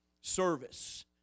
service